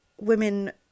women